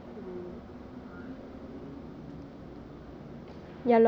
then 我还要多穿多点衣服 !wah!